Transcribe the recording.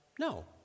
No